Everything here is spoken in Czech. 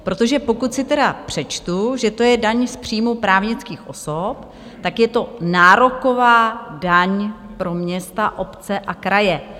Protože pokud si tedy přečtu, že to je daň z příjmu právnických osob, tak je to nároková daň pro města, obce a kraje.